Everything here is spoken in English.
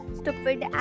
stupid